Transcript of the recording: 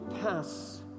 pass